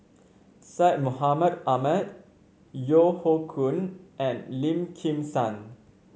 Syed Mohamed Ahmed Yeo Hoe Koon and Lim Kim San